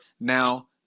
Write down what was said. now